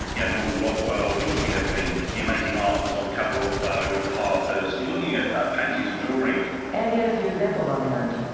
yeah norman rockwell. you're looking at the the amazing art that was on the cover of vogue, harpers. you're looking at paintings and drawings. and he had a few examples on hand,